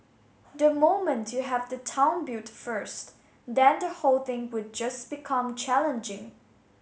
the moment you have the town built first then the whole thing would just become challenging